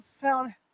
found